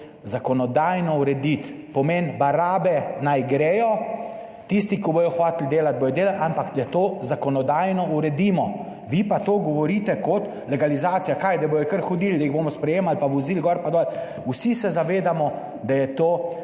zakonodajno urediti, pomeni, barabe naj grejo, tisti, ki bodo hoteli delati, bodo delali, ampak da to zakonodajno uredimo. Vi pa to govorite kot legalizacija, kaj, da bodo kar hodili, da jih bomo sprejemali pa vozili gor pa dol? Vsi se zavedamo, da je to